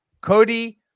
Cody